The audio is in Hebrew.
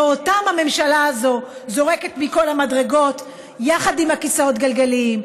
אותם הממשלה הזאת זורקת מכל המדרגות יחד עם כיסאות הגלגלים,